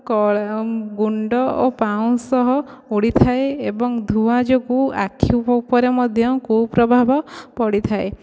କଳା ଗୁଣ୍ଡ ଓ ପାଉଁଶ ଉଡ଼ିଥାଏ ଏବଂ ଧୂଆଁ ଯୋଗୁ ଆଖି ଉପରେ ମଧ୍ୟ କୁପ୍ରଭାବ ପଡ଼ିଥାଏ